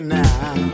now